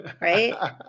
right